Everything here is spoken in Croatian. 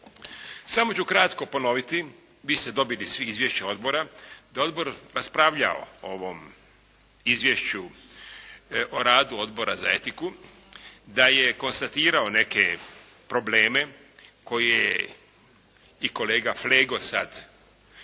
Samo ću kratko ponoviti. Vi ste dobili svi izvješće odbora. Taj je odbor raspravljao o ovom izvješću o radu Odbora za etiku, da je konstatirao neke probleme koje je i kolega Flego sad ponovio.